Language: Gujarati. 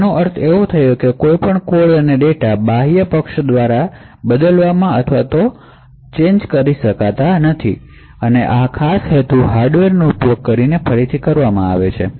આનો અર્થ એ છે કે કોઈ પણ કોડ અને ડેટા ને બાહ્ય પક્ષ બદલવા અથવા સંશોધિત કરી શકાતા નથી આ ખાસ હેતુ હાર્ડવેરનો ઉપયોગ કરીને ફરીથી કરવામાં આવે છે